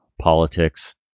politics